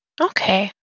Okay